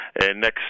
next